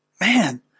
man